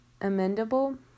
Amendable